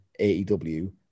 AEW